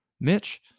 Mitch